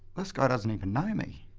this guy doesn't even know me.